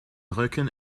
rücken